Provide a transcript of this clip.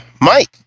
Mike